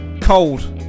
Cold